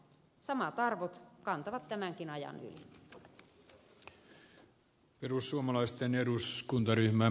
samat arvot kantavat tämänkin ajan yli